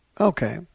Okay